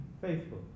faithful